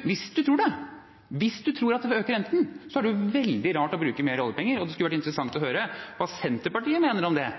Hvis man tror at det vil øke renten, er det jo veldig rart å bruke mer oljepenger, og det skulle vært interessant å høre hva Senterpartiet mener om det